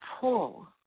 pull